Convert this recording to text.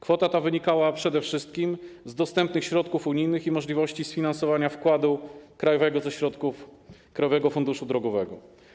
Kwota ta wynikała przede wszystkim z dostępnych środków unijnych i możliwości sfinansowania wkładu krajowego ze środków Krajowego Funduszu Drogowego.